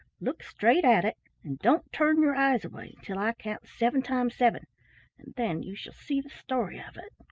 look straight at it and don't turn your eyes away until i count seven times seven and then you shall see the story of it.